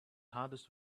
hardest